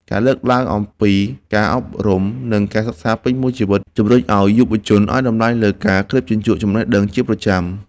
ការលើកឡើងអំពី ការអប់រំ និងការសិក្សាពេញមួយជីវិត ជម្រុញឱ្យយុវជនឱ្យតម្លៃលើការក្រេបជញ្ជក់ចំណេះដឹងជាប្រចាំ។